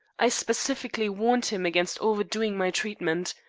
i specifically warned him against overdoing my treatment.